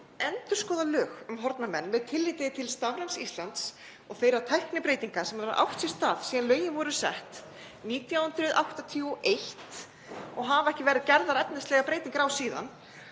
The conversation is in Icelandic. endurskoða lög um horfna menn með tilliti til stafræns Íslands og þeirra tæknibreytinga sem hafa átt sér stað síðan lögin voru sett 1981 — ekki hafa verið gerðar efnislegar breytingar á þeim